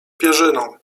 pierzyną